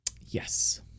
Yes